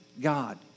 God